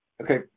Okay